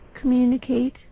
communicate